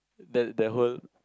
that that whole